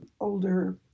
older